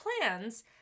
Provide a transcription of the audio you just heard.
plans